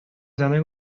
زنه